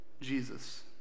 Jesus